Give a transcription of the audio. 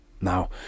Now